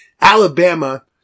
Alabama